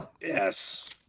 Yes